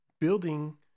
building